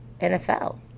NFL